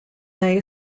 they